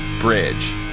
bridge